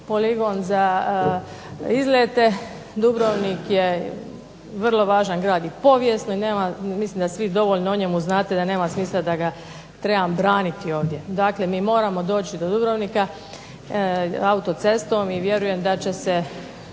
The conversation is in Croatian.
poligon za izlete, Dubrovnik je vrlo važan grad i povijesno, i mislim da svi dovoljno o njemu znate da nema smisla da ga trebam braniti ovdje. Dakle mi moramo doći do Dubrovnika autocestom i vjerujem da će se